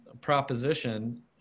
proposition